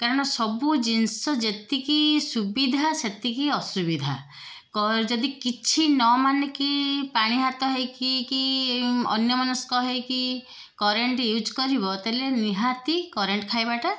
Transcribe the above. କାରଣ ସବୁ ଜିନିଷ ଯେତିକି ସୁବିଧା ସେତିକି ଅସୁବିଧା ଯଦି କିଛି ନ ମାନିକି ପାଣି ହାତ ହେଇକି କି ଅନ୍ୟମନସ୍କ ହେଇକି କରେଣ୍ଟ୍ ୟୁଜ୍ କରିବ ତା'ହେଲେ ନିହାତି କରେଣ୍ଟ୍ ଖାଇବାଟା